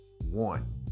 One